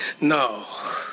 No